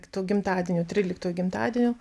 to gimtadienio tryliktojo gimtadienio